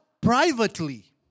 privately